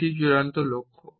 এটি একটি চূড়ান্ত লক্ষ্য